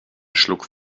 schluck